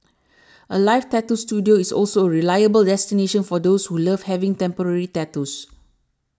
Alive Tattoo Studio is also a reliable destination for those who love having temporary tattoos